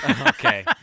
Okay